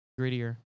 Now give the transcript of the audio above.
grittier